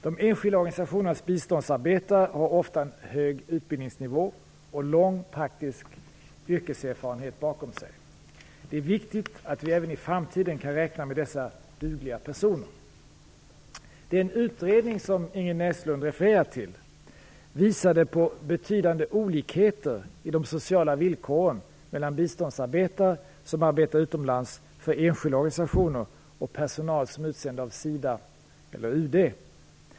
De enskilda organisationernas biståndsarbetare har ofta en hög utbildningsnivå och lång praktisk yrkeserfarenhet bakom sig. Det är viktigt att vi även i framtiden kan räkna med dessa dugliga personer. Den utredning som Ingrid Näslund refererar till visade på betydande olikheter i de sociala villkoren mellan biståndsarbetare som arbetar utomlands för enskilda organisationer och personal som är utsänd av SIDA eller UD.